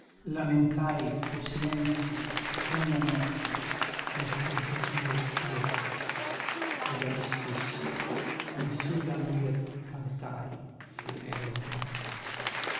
lamentai co silenzi e con la notte il fuggitivo spirto ed a me stesso in sul languir cantai funereo canto